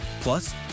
Plus